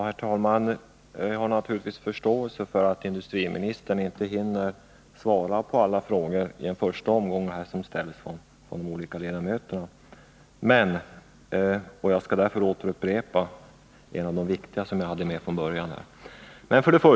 Herr talman! Jag har naturligtvis förståelse för att industriministern inte i den första omgången hunnit svara på alla frågor som ställts av de olika ledamöterna. Jag skall därför upprepa en av de viktigaste, som jag hade med från början.